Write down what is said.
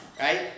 right